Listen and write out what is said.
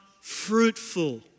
fruitful